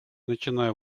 начиная